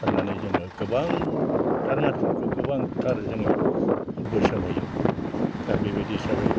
होननानै जोङो गोबांथार मानसिफोरखौ गोबांथार जोङो बोसोन होयो दा बेबायदि हिसाबै